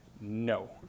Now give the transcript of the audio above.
no